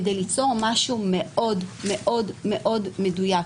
כדי ליצור משהו מאוד מאוד מאוד מדויק.